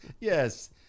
yes